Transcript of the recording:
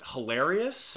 Hilarious